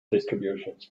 distributions